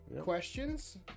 Questions